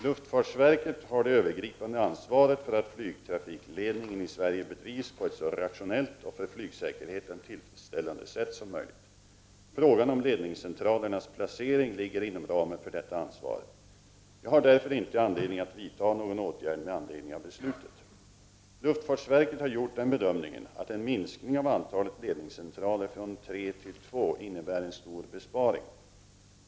Luftfartsverket har det övergripande ansvaret för att flygtrafikledningen i Sverige bedrivs på ett så rationellt och för flygsäkerheten tillfredsställande sätt som möjligt. Frågan om ledningscentralernas placering ligger inom ramen för detta ansvar. Jag har därför inte anledning att vidta någon åtgärd med anledning av beslutet. Luftfartsverket har gjort den bedömningen att en minskning av antalet ledningscentraler från tre till två innebär en stor besparing.